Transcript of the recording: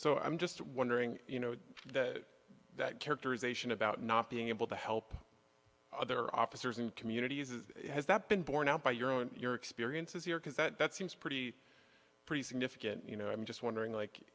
so i'm just wondering you know that that characterization about not being able to help other officers in the community is has that been borne out by your own your experiences here because that seems pretty pretty significant you know i'm just wondering like